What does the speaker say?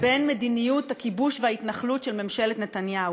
ובין מדיניות הכיבוש וההתנחלות של ממשלת נתניהו.